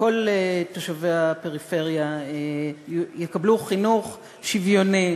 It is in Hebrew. וכל תושבי הפריפריה יקבלו חינוך שוויוני